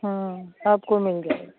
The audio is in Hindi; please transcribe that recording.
हाँ आपको मिल जाएगा